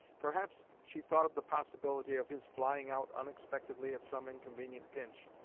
perhaps she thought of the possibility of his flying out unexpectedly at some inconvenient pinch,